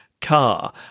car